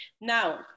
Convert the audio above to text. now